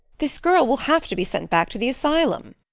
this girl will have to be sent back to the asylum.